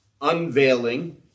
unveiling